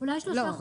אולי שלושה חודשים?